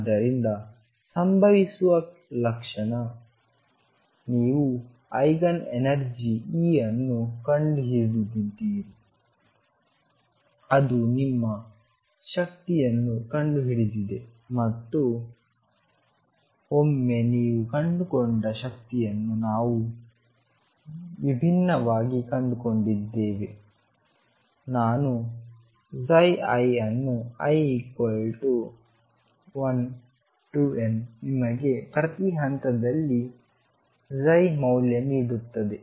ಆದ್ದರಿಂದ ಸಂಭವಿಸುವ ಕ್ಷಣವು ನೀವು ಐಗನ್ ಎನರ್ಜಿ E ಅನ್ನು ಕಂಡುಹಿಡಿದಿದ್ದೀರಿ ಅದು ನಿಮ್ಮ ಶಕ್ತಿಯನ್ನು ಕಂಡುಹಿಡಿದಿದೆ ಮತ್ತು ಒಮ್ಮೆ ನೀವು ಕಂಡುಕೊಂಡ ಶಕ್ತಿಯನ್ನು ನಾನು ವಿಭಿನ್ನವಾಗಿ ಕಂಡುಕೊಂಡಿದ್ದೇನೆ ನಾನು i ಅನ್ನು i1⋅⋅⋅⋅N ನಿಮಗೆ ಪ್ರತಿ ಹಂತದಲ್ಲಿ ಮೌಲ್ಯ ನೀಡುತ್ತದೆ